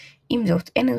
אשר היה פעיל עד המרד הגדול.